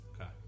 okay